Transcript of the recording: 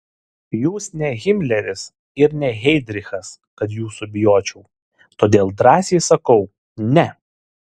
jūs ne himleris ir ne heidrichas kad jūsų bijočiau todėl drąsiai sakau ne